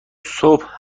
صبح